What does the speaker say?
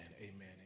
amen